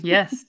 Yes